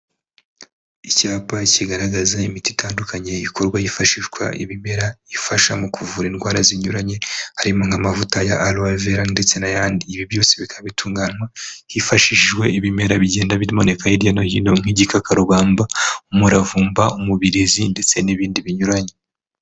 Icyapa kigaragaza imiti itandukanye ikorwa hifashishwa ibimera ifasha mu kuvura indwara zinyuranye harimo nk'amavuta ya aloevera ndetse n'ayandi. Ibi byose bikaba bitunganwa hifashishijwe ibimera bigenda biboneneka hirya no hino nk'igikakarubamba, umuravumba, umubirizi ndetse n'ibindi binyuranye.